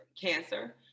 cancer